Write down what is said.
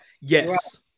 Yes